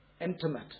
intimate